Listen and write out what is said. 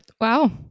Wow